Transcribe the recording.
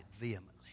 vehemently